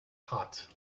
hot